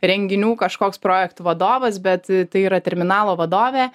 renginių kažkoks projektų vadovas bet tai yra terminalo vadovė